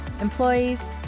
employees